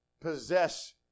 possess